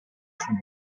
sul